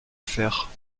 fère